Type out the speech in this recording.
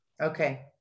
Okay